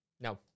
No